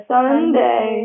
Sunday